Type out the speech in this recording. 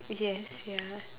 yes ya